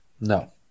No